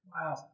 Wow